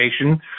education